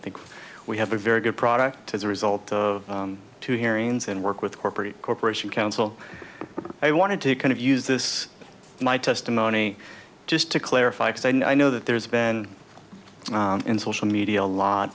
think we have a very good product as a result of two hearings in work with corporate corporation counsel i wanted to kind of use this my testimony just to clarify because i know that there's been in social media a lot